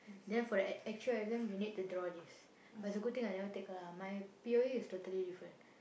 then for the a~ actual exam you need to draw this but it's a good thing I never take lah my P_O_A is totally different